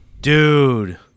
Dude